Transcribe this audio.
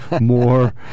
more